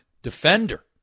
Defender